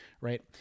right